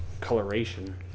coloration